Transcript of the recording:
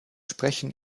sprechen